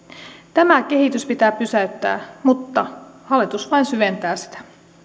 tämä kehitys pitää pysäyttää mutta hallitus vain syventää sitä